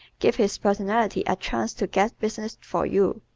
give his personality a chance to get business for you,